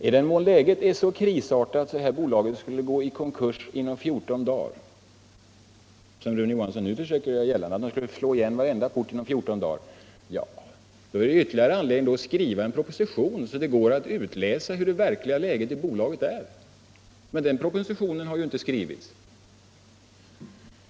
I den mån läget är så krisartat att detta bolag skulle gå i konkurs inom fjorton dagar — Rune Johansson försöker göra gällande att man skall slå igen varenda port inom fjorton dagar — då finns det ytterligare en anledning att skriva en proposition ur vilken det går att utläsa hur det verkliga läget i bolaget är. Men den propositionen har ju inte skrivits.